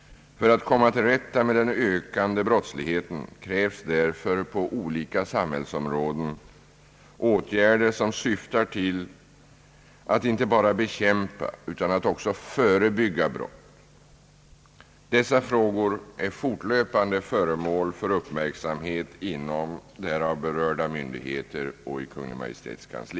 För att komma till rätta med den ökande brottsligheten krävs därför på olika samhällsområden åtgärder som syftar till att inte bara bekämpa utan också förebygga brott. Dessa frågor är fortlöpande föremål för uppmärksamhet inom berörda myndigheter och i Kungl. Maj:ts kansli.